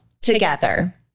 together